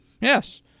Yes